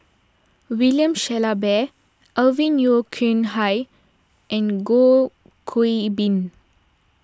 William Shellabear Alvin Yeo Khirn Hai and Goh Qiu Bin